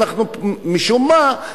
משום מה,